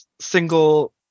single